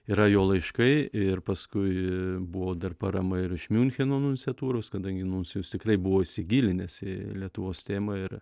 yra jo laiškai ir paskui buvo dar parama ir iš miuncheno nunciatūros kadangi nuncijus tikrai buvo įsigilinęs į lietuvos tėmą ir